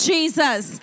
Jesus